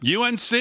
UNC